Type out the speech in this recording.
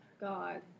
God